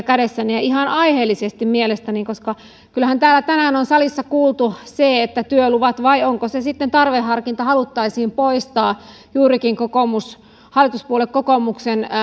kädessänne ja ihan aiheellisesti mielestäni koska kyllähän täällä tänään on salissa kuultu se että työluvat vai onko se sitten tarveharkinta haluttaisiin poistaa juurikin hallituspuolue kokoomuksen